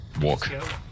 walk